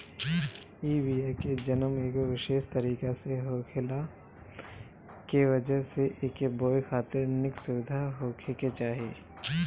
इ बिया के जनम एगो विशेष तरीका से होखला के वजह से एके बोए खातिर निक सुविधा होखे के चाही